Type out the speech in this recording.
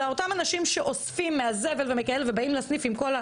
אלא אותם אנשים שאוספים מהזבל וכאלה ובאים לסניף עם כל,